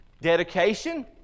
Dedication